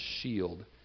shield